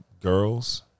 girls